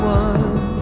one